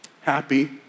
happy